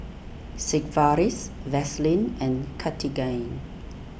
Sigvaris Vaselin and Cartigain